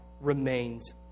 remains